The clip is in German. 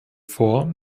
vor